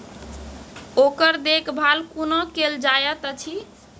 ओकर देखभाल कुना केल जायत अछि?